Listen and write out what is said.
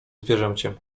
zwierzęciem